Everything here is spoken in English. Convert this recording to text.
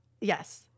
Yes